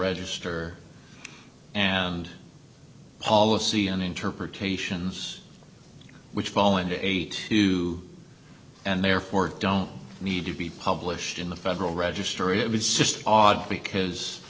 register and policy and interpretations which fall into eight two and therefore don't need to be published in the federal register it's just odd because